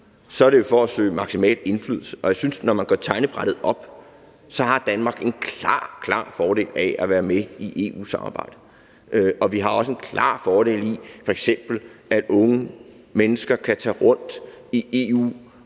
så er for at søge maksimal indflydelse, og jeg synes, at Danmark, når man gør regnebrættet op, har en klar, klar fordel af at være med i EU-samarbejdet. Vi har også en klar fordel i, at unge mennesker f.eks. kan tage rundt i EU og uddanne